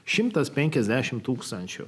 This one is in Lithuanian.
šimtas penkiasdešim tūkstančių